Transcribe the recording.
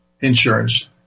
insurance